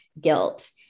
guilt